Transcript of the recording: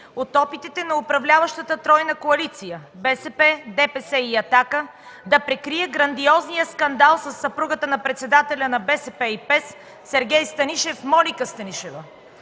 от опитите на управляващата тройна коалиция – БСП, ДПС и „Атака”, да прикрие грандиозния скандал със съпругата на председателя на БСП и ПЕС Сергей Станишев – Моника Станишева.